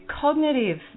cognitive